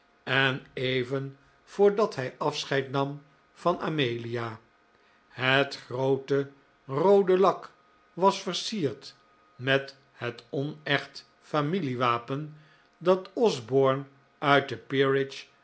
en even voordat hij afscheid nam van amelia het groote roode lak was versierd met het onecht familiewapen dat osborne uit de